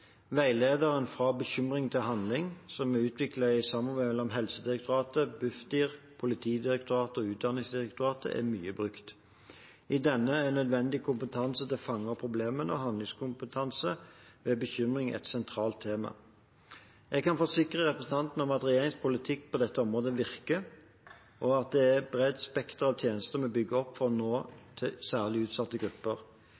Veilederen «Fra bekymring til handling», som er utviklet i samarbeid mellom Helsedirektoratet, Bufdir, Politidirektoratet og Utdanningsdirektoratet, er mye brukt. I denne er nødvendig kompetanse til å fange opp problemene og handlingskompetanse ved bekymring sentrale tema. Jeg kan forsikre representanten om at regjeringens politikk på dette området virker, og at det er et bredt spekter av tjenester vi bygger opp for å